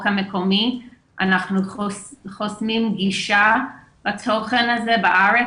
המקומי אנחנו חוסמים גישה לתוכן הזה בארץ,